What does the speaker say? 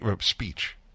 speech